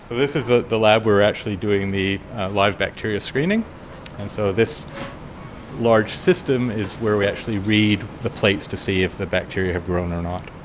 this is ah the lab where we are actually doing the live bacteria screening. and so this large system is where we actually read the plates to see if the bacteria have or not.